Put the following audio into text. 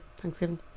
Thanksgiving